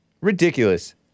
Ridiculous